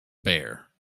bare